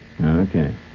Okay